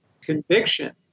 conviction